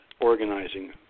organizing